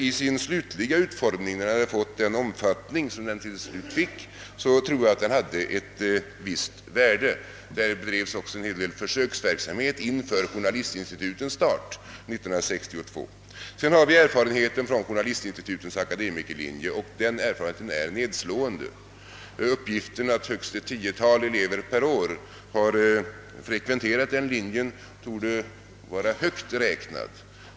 I sin slutliga utformning, då kursen hade fått den omfattning som den till slut fick, tror jag att den hade ett visst värde. Där bedrevs också en hel del försöksverksamhet inför journalistinstitutens start 1962. Vi har också erfarenhet från journa listinstitutens akademikerlinje, och den erfarenheten är nedslående. Det har uppgivits att högst ett tiotal elever per år har frekventerat den linjen. Det torde vara högt räknat.